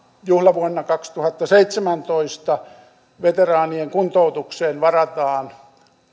juhlavuonna kaksituhattaseitsemäntoista veteraanien kuntoutukseen varataan